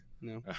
no